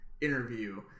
interview